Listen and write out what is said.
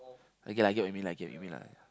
I get I get what you mean I get what you mean lah